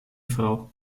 frau